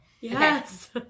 Yes